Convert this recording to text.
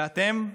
ואתם?